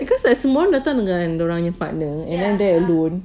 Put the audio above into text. because semua orang datang dengan dorang punya partner I went there alone